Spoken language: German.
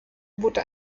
boote